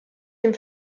dem